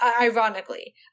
ironically